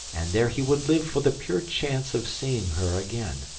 and there he would live for the pure chance of seeing her again.